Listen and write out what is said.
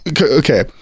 okay